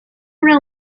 una